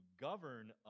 govern